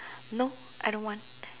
no I don't want